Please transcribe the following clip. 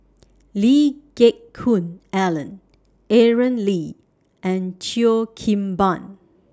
Lee Geck Hoon Ellen Aaron Lee and Cheo Kim Ban